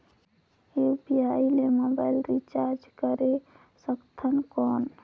UPI ले mobile recharge करे सकथन कौन?